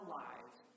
lives